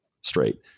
straight